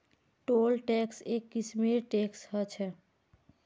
toll tax एक किस्मेर tax ह छः